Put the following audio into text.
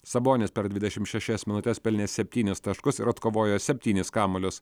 sabonis per dvidešim šešias minutes pelnė septynis taškus ir atkovojo septynis kamuolius